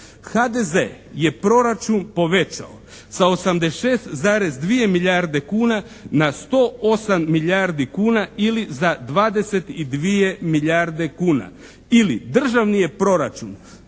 HDZ je proračun povećao sa 86,2 milijarde kuna na 108 milijardi kuna ili za 22 milijarde kuna. Ili državni je proračun